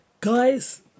guys